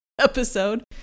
episode